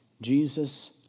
Jesus